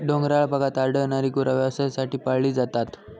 डोंगराळ भागात आढळणारी गुरा व्यवसायासाठी पाळली जातात